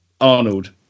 Arnold